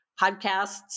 podcasts